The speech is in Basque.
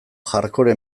hardcore